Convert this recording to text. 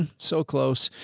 ah so close.